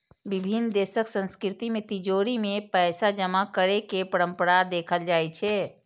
विभिन्न देशक संस्कृति मे तिजौरी मे पैसा जमा करै के परंपरा देखल जाइ छै